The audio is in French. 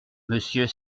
monsieur